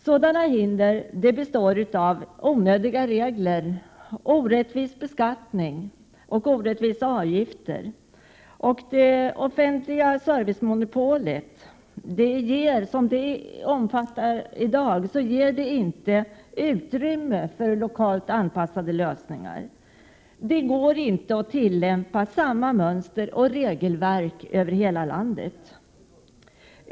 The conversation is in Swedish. Sådana hinder utgörs av onödiga regler, orättvis beskattning och orättvisa avgifter, Det offentliga servicemonopolets omfattning ger inte uttrymme för lokalt anpassade lösningar. Det går inte att tillämpa samma mönster och regelverk över hela landet.